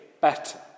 better